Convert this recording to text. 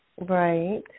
right